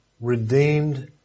redeemed